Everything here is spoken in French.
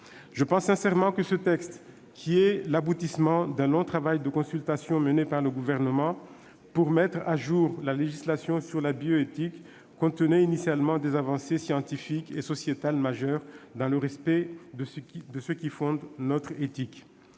Je pense sincèrement que ce texte, qui est l'aboutissement d'un long travail de consultations mené par le Gouvernement pour mettre à jour la législation en matière de bioéthique, contenait initialement des avancées scientifiques et sociétales majeures, dans le respect de ce qui fonde notre éthique.